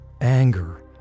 anger